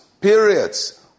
periods